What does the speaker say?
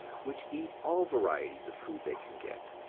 which eat all varieties of food they can get.